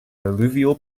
alluvial